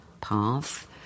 path